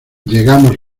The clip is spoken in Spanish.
llegamos